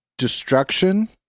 destruction